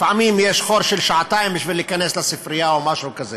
לפעמים יש חור של שעתיים בשביל להיכנס לספרייה או משהו כזה.